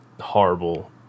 horrible